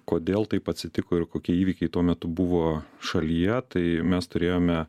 kodėl taip atsitiko ir kokie įvykiai tuo metu buvo šalyje tai mes turėjome